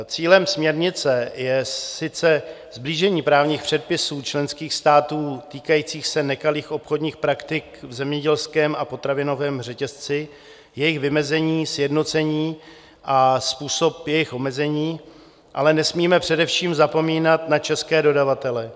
Cílem směrnice je sice sblížení právních předpisů členských států týkajících se nekalých obchodních praktik v zemědělském a potravinovém řetězci, jejich vymezení, sjednocení a způsob jejich omezení, ale nesmíme především zapomínat na české dodavatele.